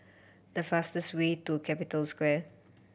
the fastest way to Capital Square